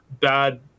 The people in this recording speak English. bad